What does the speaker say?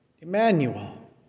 Emmanuel